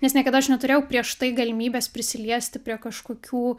nes niekada aš neturėjau prieš tai galimybės prisiliesti prie kažkokių